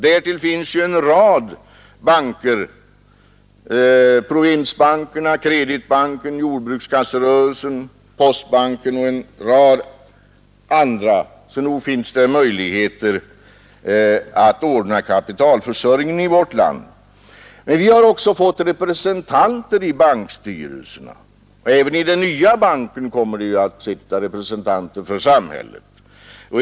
Därtill finns ju en rad banker — provinsbankerna, jordbrukskassorna, Kreditbanken, postbanken m.fl. — så nog finns det möjligheter att ordna kapitalförsörjningen i vårt land. Samhället har även fått representanter i bankstyrelserna. Också i den nya banken kommer det att sitta representanter för samhället.